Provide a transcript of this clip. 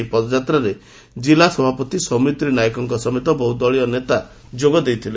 ଏହି ପଦଯାତ୍ରରେ ଜିଲା ସଭାପତି ସୌମିତ୍ରୀ ନାୟକଙ୍ଙ ସମେତ ବହୁ ଦଳୀୟ ନେତା ଯୋଗଦେଇଥିଲେ